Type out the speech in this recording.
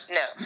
no